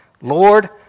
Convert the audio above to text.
Lord